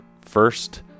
first